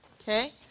okay